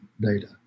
data